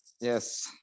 Yes